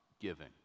giving